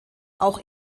auch